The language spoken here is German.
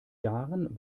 jahren